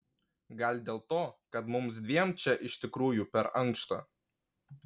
gal dėl to kad mums dviem čia iš tikrųjų per ankšta